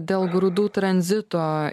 dėl grūdų tranzito